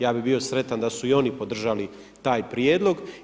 Ja bi bio sretan da su i oni podržali taj prijedlog.